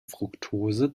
fruktose